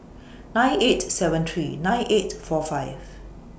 nine eight seven three nine eight four five